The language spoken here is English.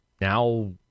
Now